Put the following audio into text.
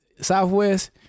Southwest